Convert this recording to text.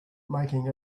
making